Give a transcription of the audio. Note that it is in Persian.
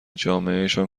جامعهشان